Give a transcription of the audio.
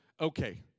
okay